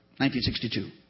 1962